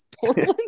Portland